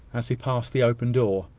as he passed the open door.